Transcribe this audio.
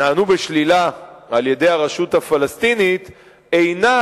נענו בשלילה על-ידי הרשות הפלסטינית אינה